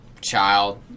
child